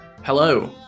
Hello